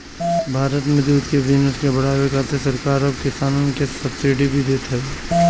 भारत में दूध के बिजनेस के बढ़ावे खातिर सरकार अब किसानन के सब्सिडी भी देत हवे